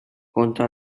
junto